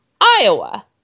Iowa